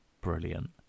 brilliant